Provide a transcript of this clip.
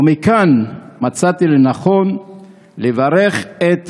ומכאן מצאתי לנכון לברך את